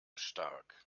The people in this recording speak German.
stark